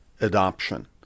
adoption